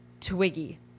Twiggy